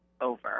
over